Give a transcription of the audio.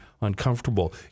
uncomfortable